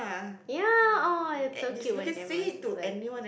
ya oh it's so cute when everyone speaks like